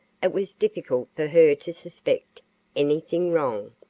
it was difficult for her to suspect anything wrong.